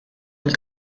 mill